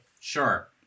sure